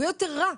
הוא יהיה יותר רע,